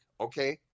okay